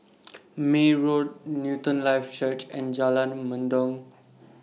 May Road Newton Life Church and Jalan Mendong